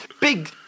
big